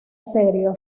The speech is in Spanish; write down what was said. serio